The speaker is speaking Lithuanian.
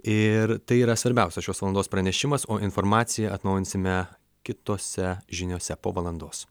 ir tai yra svarbiausias šios valandos pranešimas o informaciją atnaujinsime kitose žiniose po valandos